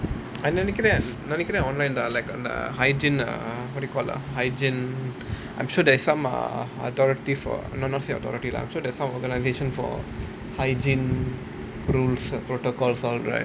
நா நெனைக்றேன்:naa nenaikkraen online ah like on uh hygiene err what you call ah hygiene I'm sure there's some ah authoritative no not say authoritative I'm sure there's some organisation for hygiene rules and protocols all that